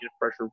pressure